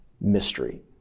mystery